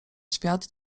świat